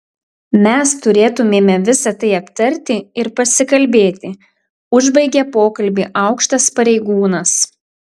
mes turėtumėme visa tai aptarti ir pasikalbėti užbaigė pokalbį aukštas pareigūnas